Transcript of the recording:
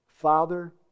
Father